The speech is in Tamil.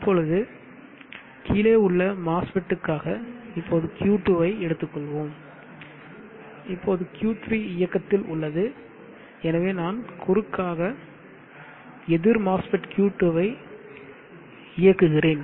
இப்போது கீழே உள்ள MOSFET க்காக இப்போது Q 2 ஐ எடுத்துக்கொள்வோம் இப்போது Q3 இயக்கத்தில் உள்ளது எனவே நான் குறுக்காக எதிர் MOSEFT Q2 ஐ இயக்குகிறேன்